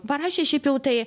parašė šiaip jau tai